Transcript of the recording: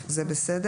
זה בסדר?